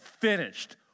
finished